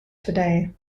today